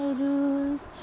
rules